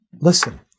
Listen